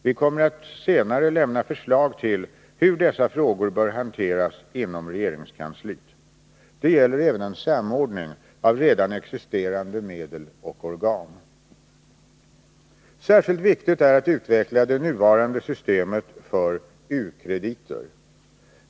Vi kommer senare att lämna förslag till hur dessa frågor bör hanteras inom regeringskansliet. Det gäller även en samordning av redan existerande medel och organ. Särskilt viktigt är att utveckla det nuvarande systemet för u-krediter.